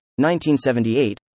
1978